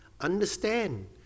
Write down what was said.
understand